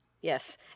yes